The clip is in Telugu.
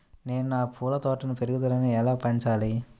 నేను నా పూల తోట పెరుగుదలను ఎలా పెంచాలి?